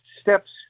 steps